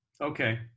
okay